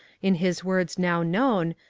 in his words now known,